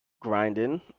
grinding